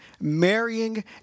marrying